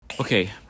Okay